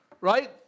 right